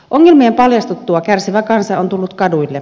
ongelmien paljastuttua kärsivä kansa on tullut kaduille